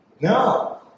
No